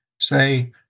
say